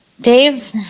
Dave